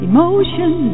Emotion